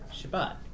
Shabbat